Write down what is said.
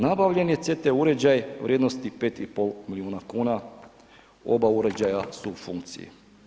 Nabavljen je CT uređaj u vrijednosti 5,5 milijuna kuna, oba uređaja su u funkciji.